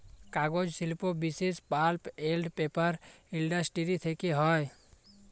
কাগজ শিল্প বিশেষ পাল্প এল্ড পেপার ইলডাসটিরি থ্যাকে হ্যয়